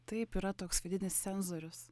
taip yra toks vidinis cenzorius